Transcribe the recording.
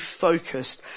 focused